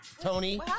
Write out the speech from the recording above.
Tony